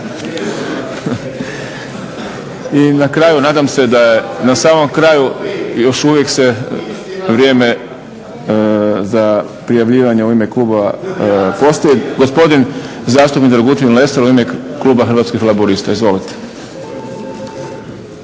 I na kraju nadam se na samom kraju još uvijek vrijeme za prijavljivanje klubova postoji. Gospodin zastupnik Dragutin Lesar u ime kluba Hrvatskih laburista. Izvolite.